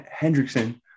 Hendrickson